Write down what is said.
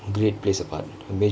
great plays a part